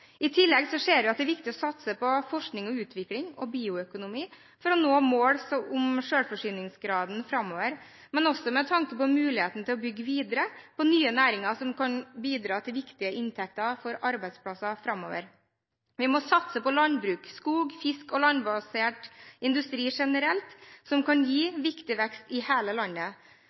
er viktig å satse på forskning og utvikling og bioøkonomi for å nå målet om selvforsyningsgrad framover, men også med tanke på muligheten til å bygge videre på nye næringer som kan bidra til viktige inntekter for arbeidsplasser framover. Vi må satse på landbruk, skog, fisk og landbasert industri generelt, som kan gi viktig vekst i hele landet.